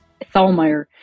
Thalmeyer